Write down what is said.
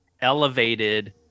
elevated